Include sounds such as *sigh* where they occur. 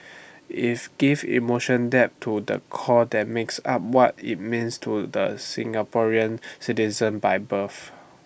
*noise* if gives emotion depth to the core that makes up what IT means to the Singaporean citizens by birth